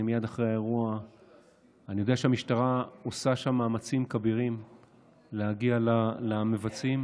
אני יודע שהמשטרה עושה שם מאמצים כבירים להגיע למבצעים.